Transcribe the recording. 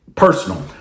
personal